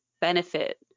benefit